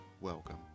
welcome